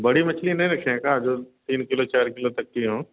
बड़ी मछली नहीं रखे हैं का जो तीन किलो चार किलो तक की हों